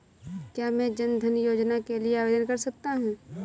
क्या मैं जन धन योजना के लिए आवेदन कर सकता हूँ?